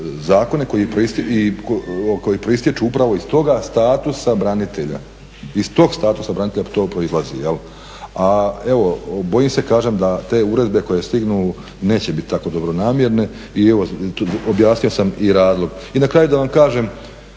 zakone koji proistječu upravo iz toga statusa branitelja. Iz tog statusa branitelja to proizlazi. A bojim se kažem da te uredbe koje stignu neće biti tako dobronamjerne i objasnio sam i razlog. I na kraju da vam kažem,